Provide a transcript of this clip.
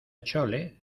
chole